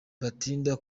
batinda